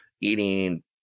eating